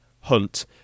hunt